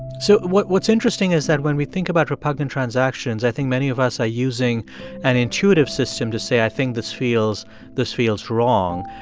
so what's interesting is that when we think about repugnant transactions, i think many of us are using an intuitive system to say, i think this feels this feels wrong.